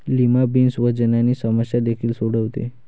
lima beans वजनाची समस्या देखील सोडवते